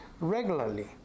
regularly